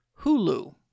Hulu